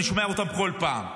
אני שומע אותם כל פעם.